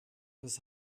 das